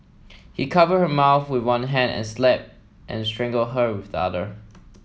he covered her mouth with one hand and slapped and strangled her with the other